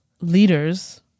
leaders